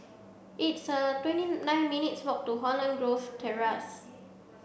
it's a twenty nine minutes' walk to Holland Grove Terrace